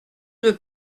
veux